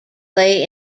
lay